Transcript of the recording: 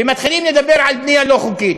ומתחילים לדבר על בנייה לא חוקית.